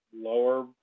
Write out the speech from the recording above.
lower